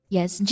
Yes